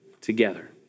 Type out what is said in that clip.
together